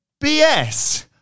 BS